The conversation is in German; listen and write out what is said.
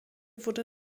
wurde